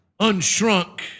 unshrunk